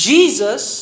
Jesus